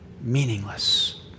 meaningless